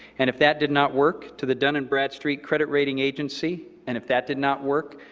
and if that did not work, to the dun and bradstreet credit rating agency, and if that did not work,